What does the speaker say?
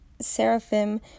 seraphim